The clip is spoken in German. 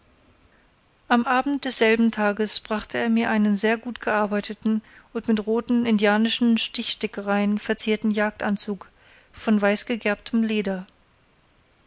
am abend desselben tages brachte er mir einen sehr gut gearbeiteten und mit roten indianischen stichstickereien verzierten jagdanzug von weißgegerbtem leder